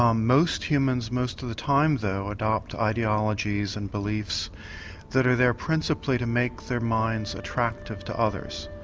um most humans most of the time though adopt ideologies and beliefs that are there principally to make their minds attractive to others,